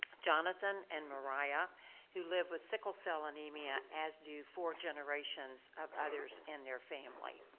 jonathan and mariah who live with sickle cell anemia as do four generations of others in their family.